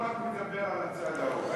אני לא רציתי לדבר על הצד ההוא.